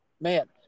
Man